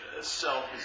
self